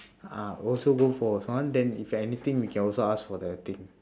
ah also go for a then if anything we also can ask for the thing